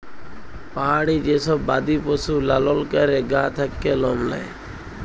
পাহাড়ি যে সব বাদি পশু লালল ক্যরে গা থাক্যে লম লেয়